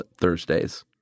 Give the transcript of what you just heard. Thursdays